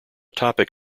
topic